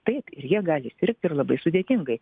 taip ir jie gali sirgt ir labai sudėtingai